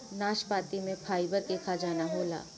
नाशपाती में फाइबर के खजाना होला